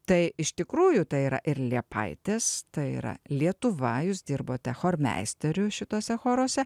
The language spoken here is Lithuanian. tai iš tikrųjų tai yra ir liepaitės tai yra lietuva jūs dirbote chormeisteriu šituose choruose